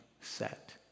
set